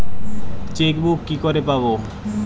Chequebook কি করে পাবো?